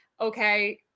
Okay